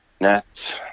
nets